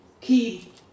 Keep